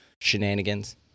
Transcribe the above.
shenanigans